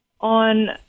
on